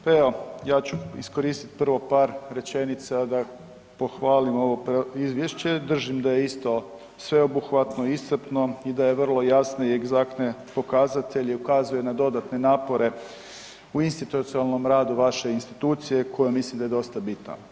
Pa evo ja ću iskoristiti prvo par rečenica da pohvalim ovo izvješće, držim da je isto sveobuhvatno iscrpno i daje vrlo jasne i egzaktne pokazatelje, ukazuje na dodatne napore u institucionalnom radu vaše institucije koje mislim da je dosta bitno.